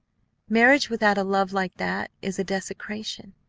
marriage without a love like that is a desecration.